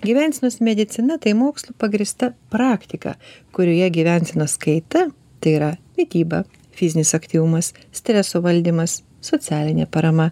gyvensenos medicina tai mokslu pagrįsta praktika kurioje gyvensenos kaita tai yra mityba fizinis aktyvumas streso valdymas socialinė parama